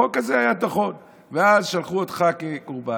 החוק הזה היה נכון, ואז שלחו אותך כקורבן.